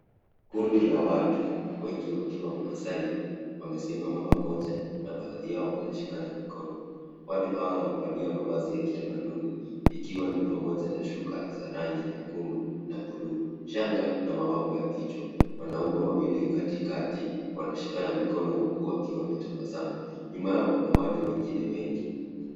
Kundi la watu, wengi wakiwa Wamaasai wamesimama pamoja na baadhi yao wanashikana mikono. Watu hao wamevalia mavazi ya kitamaduni, ikiwa ni pamoja na shuka za rangi nyekundu na bluu, shanga na mapambo ya kichwa. Wanaume wawili katikati wanashikana mikono huku wakiwa wametabasamu. Nyuma yao kuna watu wengine wengi.